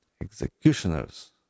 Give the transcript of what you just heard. executioners